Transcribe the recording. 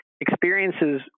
experiences